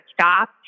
stop